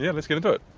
yeah let's get into it.